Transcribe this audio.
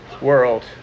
world